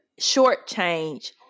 shortchange